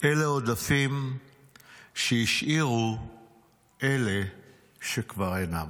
'אלה עודפים שהשאירו אלה שכבר אינם'".